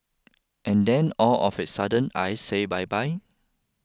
and then all of a sudden I say bye bye